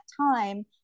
time